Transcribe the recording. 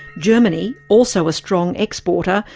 germany, also a strong exporter,